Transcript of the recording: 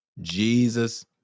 Jesus